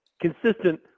consistent